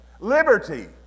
liberty